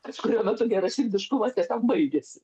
kažkuriuo metu geraširdiškumas tiesiog baigėsi